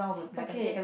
okay